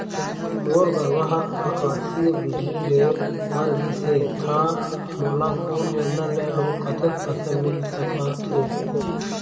मोर गरवा हा आकसीय बिजली ले मर गिस हे था मोला कोन योजना ले अऊ कतक पैसा मिल सका थे?